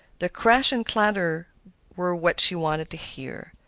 the crash and clatter were what she wanted to hear.